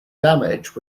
damage